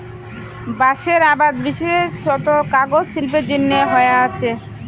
বাঁশের আবাদ বিশেষত কাগজ শিল্পের জইন্যে হয়া আচে